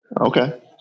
okay